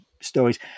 stories